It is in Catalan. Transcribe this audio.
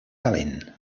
talent